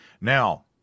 Now